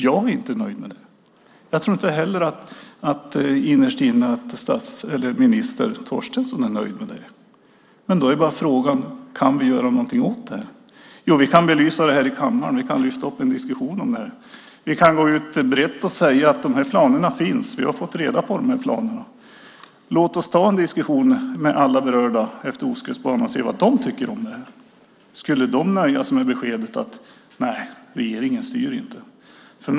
Jag är inte nöjd med det. Jag tror inte heller att minister Torstensson innerst inne är nöjd med det. Frågan är: Kan vi göra någonting åt det? Jo, vi kan belysa det här i kammaren och lyfta upp en diskussion om det. Vi kan gå ut brett och säga att de här planerna finns och att vi har fått reda på dem. Låt oss ta en diskussion med alla berörda utefter Ostkustbanan och se vad de tycker om det. Skulle de nöja sig med beskedet att regeringen inte styr?